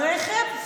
הרכב.